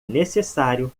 necessário